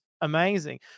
amazing